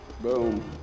boom